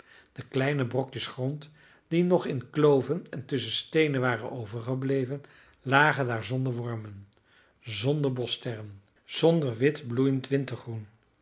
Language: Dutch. de kleine brokjes grond die nog in kloven en tusschen steenen waren overgebleven lagen daar zonder wormen zonder boschsterren zonder witbloeiend